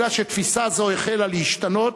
אלא שתפיסה זו החלה להשתנות,